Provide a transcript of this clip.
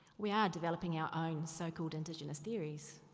we are developing our own so called indigenous theories.